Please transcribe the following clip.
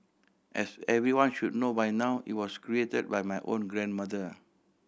as everyone should know by now it was created by my own grandmother